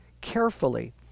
carefully